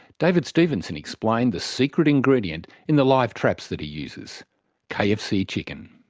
david stephenson explained the secret ingredient in the live traps that he uses kfc chicken.